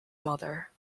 mother